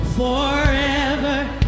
Forever